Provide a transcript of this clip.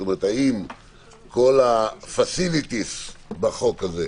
האם כל הפסיליטיז בחוק הזה,